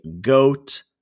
goat